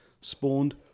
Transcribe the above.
spawned